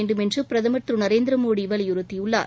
வேண்டும் என்று பிரதமர் திரு நரேந்திர மோடி வலியுறுத்தியுள்ளார்